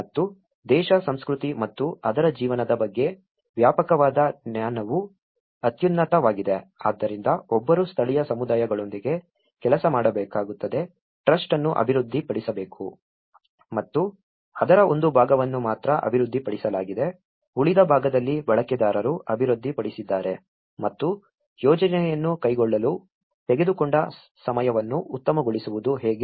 ಮತ್ತು ದೇಶ ಸಂಸ್ಕೃತಿ ಮತ್ತು ಅದರ ಜೀವನದ ಬಗ್ಗೆ ವ್ಯಾಪಕವಾದ ಜ್ಞಾನವು ಅತ್ಯುನ್ನತವಾಗಿದೆ ಆದ್ದರಿಂದ ಒಬ್ಬರು ಸ್ಥಳೀಯ ಸಮುದಾಯಗಳೊಂದಿಗೆ ಕೆಲಸ ಮಾಡಬೇಕಾಗುತ್ತದೆ ಟ್ರಸ್ಟ್ ಅನ್ನು ಅಭಿವೃದ್ಧಿಪಡಿಸಬೇಕು ಮತ್ತು ಅದರ ಒಂದು ಭಾಗವನ್ನು ಮಾತ್ರ ಅಭಿವೃದ್ಧಿಪಡಿಸಲಾಗಿದೆ ಉಳಿದ ಭಾಗದಲ್ಲಿ ಬಳಕೆದಾರರು ಅಭಿವೃದ್ಧಿಪಡಿಸಿದ್ದಾರೆ ಮತ್ತು ಯೋಜನೆಯನ್ನು ಕೈಗೊಳ್ಳಲು ತೆಗೆದುಕೊಂಡ ಸಮಯವನ್ನು ಉತ್ತಮಗೊಳಿಸುವುದು ಹೇಗೆ